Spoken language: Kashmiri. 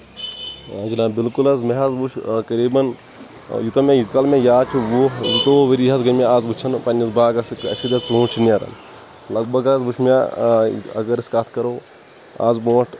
جِناب بِلکُل حَظ مےٚ حَظ وُچھ قریٖبَن یُوتاہ کال مےٚ یاد چھِ وُہ زٕتُووُہ ؤرۍ حظ گٔے مےٚ اَز وُچھان پننِس باغَس سۭتۍ اَسہِ کۭتِیاہ ژونٛٹھ چھِ نیران لَگ بَگ حظ وُچھ مےٚ ٲں اَگر أسۍ کَتھ کَرُو اَز بَرُونٛٹھ